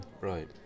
Right